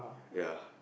ya